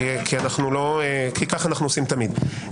כי כך אנחנו עושים תמיד.